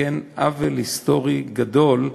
לתקן עוול היסטורי גדול,